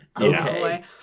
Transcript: Okay